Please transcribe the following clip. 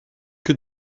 que